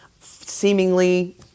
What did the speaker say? seemingly